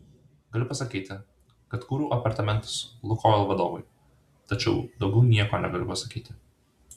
galiu pasakyti kad kūriau apartamentus lukoil vadovui tačiau daugiau nieko negaliu pasakyti